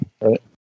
right